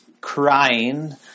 crying